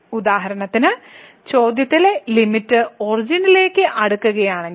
ഉദാഹരണത്തിന് ചോദ്യത്തിലെ ലിമിറ്റ് ഒറിജിനിലേക്ക് അടുക്കുകയാണെങ്കിൽ